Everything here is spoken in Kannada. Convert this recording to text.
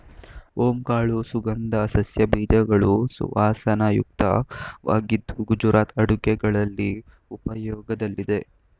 ಓಂ ಕಾಳು ಸುಗಂಧ ಸಸ್ಯ ಬೀಜಗಳು ಸುವಾಸನಾಯುಕ್ತವಾಗಿದ್ದು ಗುಜರಾತ್ ಅಡುಗೆಗಳಲ್ಲಿ ಉಪಯೋಗದಲ್ಲಿದೆ